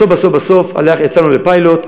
בסוף בסוף בסוף יצאנו לפיילוט.